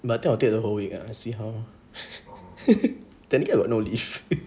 but then I think I'll take the whole week lah I see how lor technically I got no leave